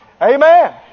Amen